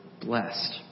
blessed